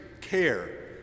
care